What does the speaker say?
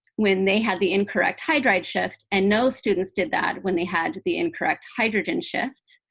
when they had the incorrect hydride shift. and no students did that when they had the incorrect hydrogen shift.